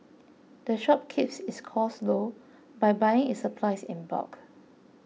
the shop keeps its costs low by buying its supplies in bulk